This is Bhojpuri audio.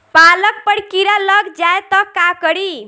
पालक पर कीड़ा लग जाए त का करी?